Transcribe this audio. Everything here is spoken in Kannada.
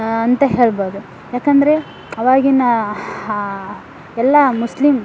ಅಂತ ಹೇಳ್ಬೋದು ಯಾಕೆಂದ್ರೆ ಅವಾಗಿನ ಎಲ್ಲ ಮುಸ್ಲಿಮ್